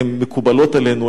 הן מקובלות עלינו,